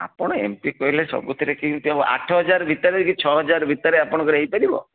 ଆପଣ ଏମିତି କହିଲେ ସବୁଥିରେ କେମିତି ହେବ ଆଠ ହଜାର ଭିତରେ କି ଛଅ ହଜାର ଭିତରେ ଆପଣଙ୍କର ହେଇପାରିବ